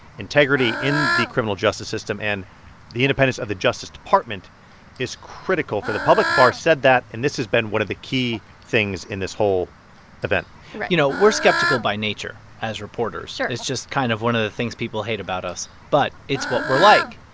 integrity in the criminal justice system. and the independence of the justice department is critical for the public. barr said that, and this has been one of the key things in this whole event you know, we're skeptical by nature as reporters sure it's just kind of one of the things people hate about us, but it's what we're like.